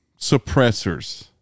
Suppressors